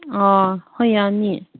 ꯑꯥ ꯍꯣꯏ ꯌꯥꯅꯤ